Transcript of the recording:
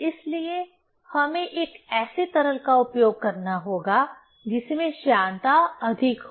इसलिए हमें एक ऐसे तरल का उपयोग करना होगा जिसमें श्यानता अधिक हो